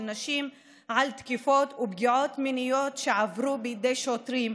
נשים על תקיפות ופגיעות מיניות שעברו בידי שוטרים,